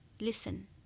listen